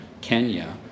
Kenya